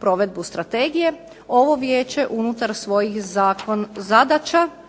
provedbu strategije, ovo Vijeće unutar svojih zadaća